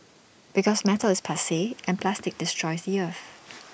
because metal is passe and plastic destroys the earth